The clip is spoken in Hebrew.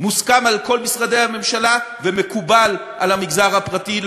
מוסכם על כל משרדי הממשלה ומקובל על המגזר הפרטי,